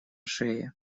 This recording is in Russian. шее